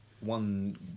One